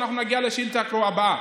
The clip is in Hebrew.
ואנחנו נגיע לשאילתה הבאה.